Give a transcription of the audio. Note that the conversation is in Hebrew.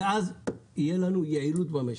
ואז תהיה לנו יעילות במשק.